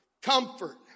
Comfort